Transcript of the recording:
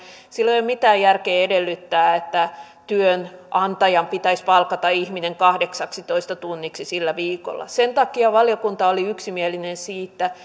silloin ei ole mitään järkeä edellyttää että työnantajan pitäisi palkata ihminen kahdeksaksitoista tunniksi sillä viikolla sen takia valiokunta oli yksimielinen siitä